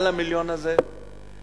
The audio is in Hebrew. יש